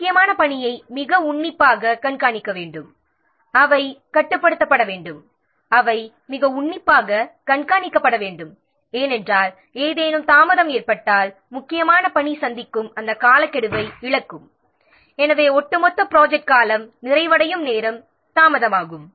முக்கியமான பணியை மிக உன்னிப்பாகக் கண்காணிக்க வேண்டும் அவை கட்டுப்படுத்தப்பட வேண்டும் அவை மிக உன்னிப்பாகக் கண்காணிக்கப்பட வேண்டும் ஏனென்றால் ஏதேனும் தாமதம் ஏற்பட்டால் முக்கியமான பணி காலக்கெடுவை தவற நேரிடும் எனவே ஒட்டுமொத்த ப்ராஜெக்ட் நிறைவடையும் காலம் அல்லது நேரம் தாமதமாகும்